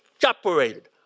separated